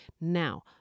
Now